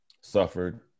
suffered